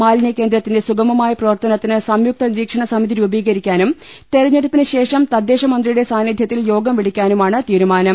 മാലിന്യ കേന്ദ്രത്തിന്റെ സുഗമമായ പ്രവർത്തനത്തിന് സം യുക്ത നിരീക്ഷണ സ്മിതി രൂപീകരിക്കാനും തെരഞ്ഞെടുപ്പിന് ശേ ഷം തദ്ദേശ മന്ത്രിയുടെ സാന്നിധ്യത്തിൽ യോഗം വിളിക്കാനുമാണ് തീരുമാനം